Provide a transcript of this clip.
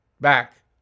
Back